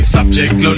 Subject